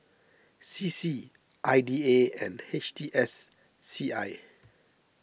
C C I D A and H T S C I